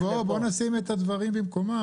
נשים את הדברים במקומם.